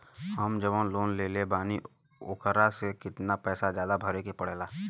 हम जवन लोन लेले बानी वोकरा से कितना पैसा ज्यादा भरे के पड़ेला?